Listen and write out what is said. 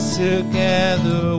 together